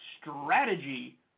strategy